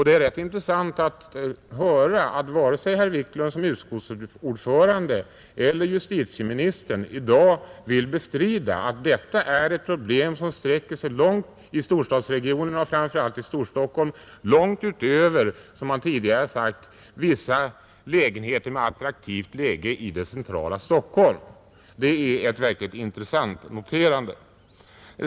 Det är rätt intressant att höra att varken herr Wiklund som utskottsordförande eller justitieministern i dag vill bestrida att detta är ett problem, som i storstadsregionerna och framför allt i Stockholm sträcker sig långt utöver, som man tidigare har sagt, vissa lägenheter med attraktivt läge i det centrala Stockholm. Det är ett verkligt intressant noterande.